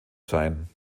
sein